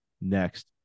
next